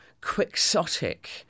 quixotic